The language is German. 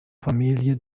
familie